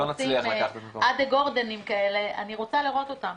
אני רוצה לראות אותם.